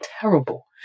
terrible